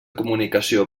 comunicació